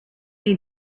need